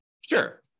Sure